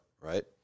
right